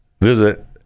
Visit